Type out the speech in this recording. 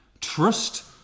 trust